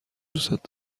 دوستت